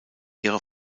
ihre